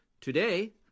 Today